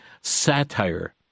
satire